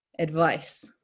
advice